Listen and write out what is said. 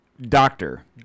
Doctor